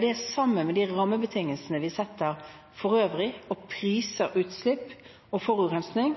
det sammen med de rammebetingelsene vi setter for øvrig, og priser utslipp og forurensning,